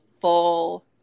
full